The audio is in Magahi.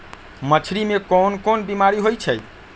मछरी मे कोन कोन बीमारी होई छई